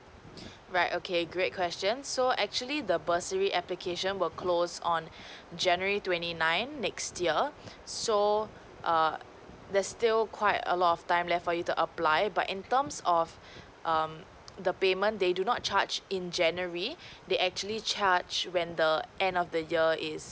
right okay great question so actually the bursary application will close on january twenty nine next year so err there's still quite a lot of time there for you to apply but in terms of um the payment they do not charge in january they actually charge when the end of the year is